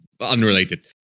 unrelated